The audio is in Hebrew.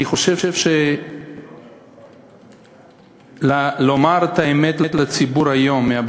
אני חושב שלומר את האמת לציבור היום מעל